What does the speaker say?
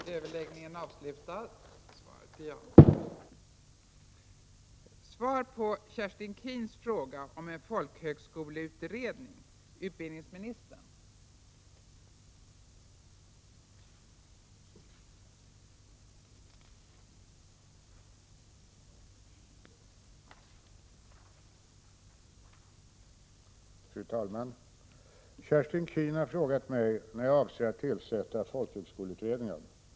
Våren 1987 gav ett enigt utbildningsutskott regeringen i uppdrag att tillsätta en folkhögskoleutredning. När ämnar utbildningsministern tillsätta denna utredning?